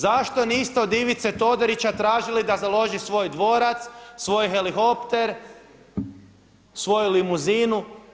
Zašto niste od Ivice Todorića tražili da založi svoj dvorac, svoj helikopter, svoju limuzinu?